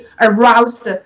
aroused